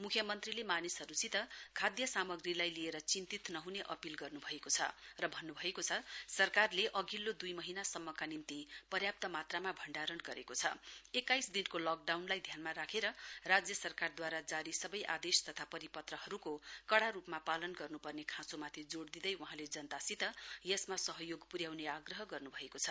मुख्यमन्त्रीले मानिसहरुसित खाद्य सामग्रीलाई लिएर चिन्तित नहुने अपील गर्नुभएको छ र भन्नुभएको छ सरकारले अघिल्लो दुई महीना सम्मका निम्ति पर्याप्त मात्रामा लकडाउनलाई ध्यानमा राखेर राज्य सरकारद्वारा जारी सवै आदेश तथा परिपत्रहरुको कड़ा रुपमा पालन गर्नुपर्ने खाँचोमाथि जोड़ दिँदै वहाँले जनतासित यसमा सहयोग पुर्याउने आग्रह गर्नुभएको छ